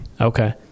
Okay